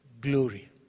glory